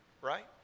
right